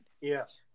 Yes